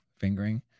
fingering